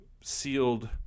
sealed